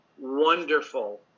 wonderful